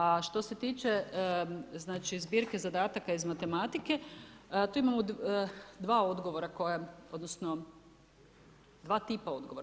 A što se tiče znači zbirke zadataka iz matematike tu imamo dva odgovora koja, odnosno dva tipa odgovora.